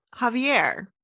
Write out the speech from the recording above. Javier